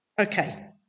Okay